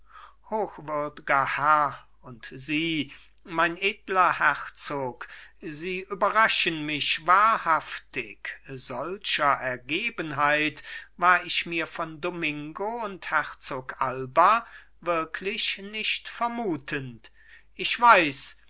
herr und sie mein edler herzog sie überraschen mich wahrhaftig solcher ergebenheit war ich mir von domingo und herzog alba wirklich nicht vermutend ich weiß